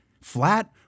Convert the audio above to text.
flat